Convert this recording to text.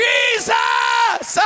Jesus